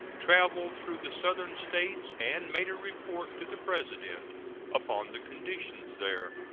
traveled through the southern states, and made a report to the president upon the conditions there.